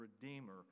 Redeemer